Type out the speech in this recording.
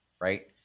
right